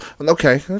Okay